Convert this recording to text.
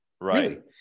Right